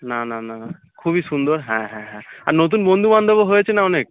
না না না খুবই সুন্দর হ্যাঁ হ্যাঁ হ্যাঁ আর নতুন বন্ধুবান্ধবও হয়েছে না অনেক